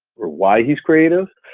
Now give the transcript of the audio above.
or why he's creative.